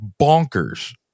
bonkers